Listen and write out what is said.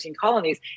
colonies